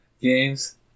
games